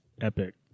epic